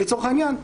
לצורך העניין,